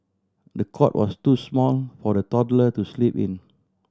the cot was too small for the toddler to sleep in